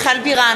בעד מיכל בירן,